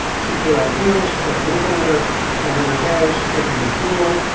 she's paid all the bills. she's kept a roof over their over their head. she's kept them in school.